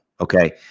okay